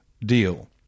deal